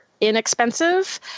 inexpensive